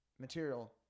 material